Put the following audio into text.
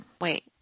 Wait